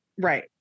right